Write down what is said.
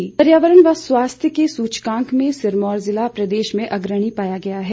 सर्वेक्षण पर्यावरण व स्वास्थ्य के सूचकांक में सिरमौर जिला प्रदेश में अग्रणी पाया गया है